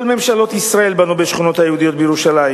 בשכונות היהודיות בירושלים